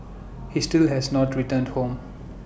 he still has not returned home